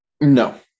No